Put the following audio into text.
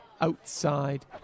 outside